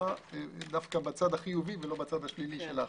לחברה בצד החיובי ולא בצד השלילי שלה.